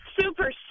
super